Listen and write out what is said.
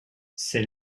c’est